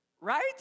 right